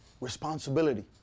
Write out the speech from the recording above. Responsibility